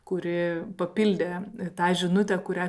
kuri papildė tą žinutę kurią